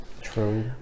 true